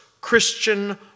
Christian